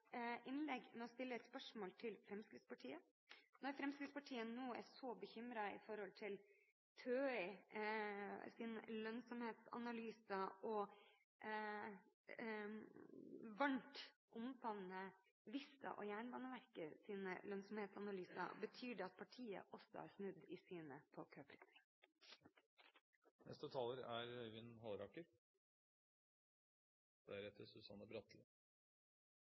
innlegg med å stille et spørsmål til Fremskrittspartiet: Når Fremskrittspartiet nå er så bekymret over TØIs lønnsomhetsanalyser og varmt omfavner Vista og Jernbaneverkets lønnsomhetsanalyser, betyr det at partiet også har snudd i